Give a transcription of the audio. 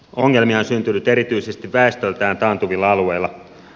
ongelmia on syntynyt erityisesti väestöltään taantuvilla alueilla